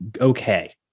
okay